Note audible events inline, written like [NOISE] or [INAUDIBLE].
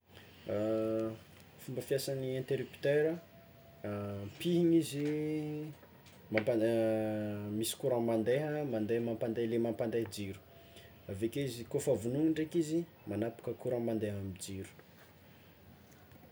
[HESITATION] Fomba fiasan'ny interrupteur [HESITATION] pihiny izy mampa- [HESITATION] misy courant mande mande le mampande jiro, aveke izy kôfa vonoiny ndraiky izy magnapaky courant mande amy jiro.